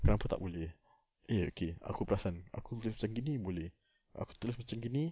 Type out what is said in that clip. kenapa tak boleh eh okay aku perasan aku tulis macam gini boleh aku tulis macam gini